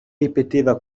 ripeteva